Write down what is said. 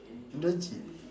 legit